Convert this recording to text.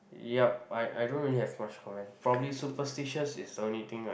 yup I I don't really have much comment probably superstitious is the only thing I